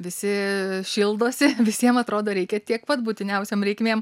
visi šildosi visiem atrodo reikia tiek pat būtiniausiom reikmėm